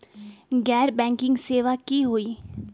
गैर बैंकिंग सेवा की होई?